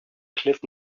cliff